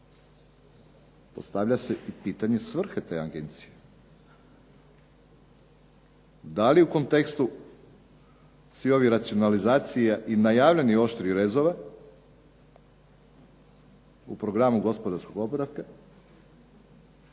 postavlja se i pitanje svrhe te agencije. Da li u tom kontekstu svih ovih racionalizacija i najavljenih oštrih rezova u programu gospodarskog oporavka,